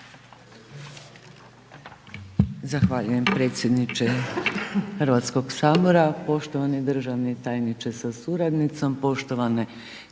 Zahvaljujem predsjedniče Hrvatskog sabora, poštovani državni tajniče sa suradnicom, poštovane